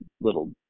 little